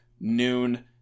noon